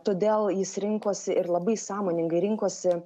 todėl jis rinkosi ir labai sąmoningai rinkosi